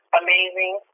amazing